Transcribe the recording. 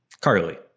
carly